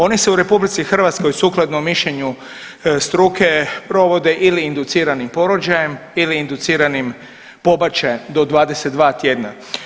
Oni se u RH sukladno mišljenju struke provode ili induciranim porođajem ili induciranim pobačajem do 22 tjedna.